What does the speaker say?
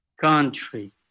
Country